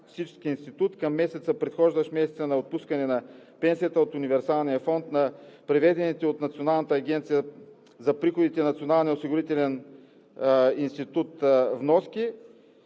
институт към месеца, предхождащ месеца на отпускане на пенсията от универсалния фонд на преведените от Националната агенция за приходите и Националния осигурителен институт вноски